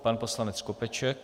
Pan poslanec Skopeček.